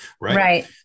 Right